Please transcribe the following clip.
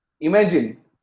imagine